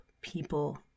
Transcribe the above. people